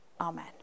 Amen